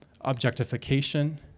objectification